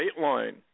Dateline